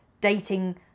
dating